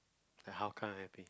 like how kind of happy